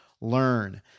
learn